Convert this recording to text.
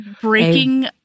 breaking